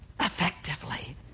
effectively